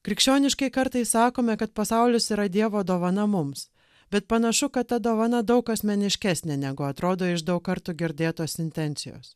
krikščioniškai kartais sakome kad pasaulis yra dievo dovana mums bet panašu kad ta dovana daug asmeniškesnė negu atrodo iš daug kartų girdėtos intencijos